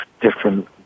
different